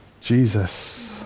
Jesus